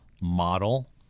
model